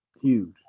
Huge